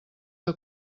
que